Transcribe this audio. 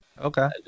Okay